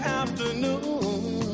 afternoon